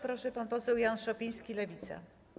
Proszę, pan poseł Jan Szopiński, Lewica.